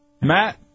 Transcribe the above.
Matt